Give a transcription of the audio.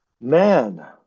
Man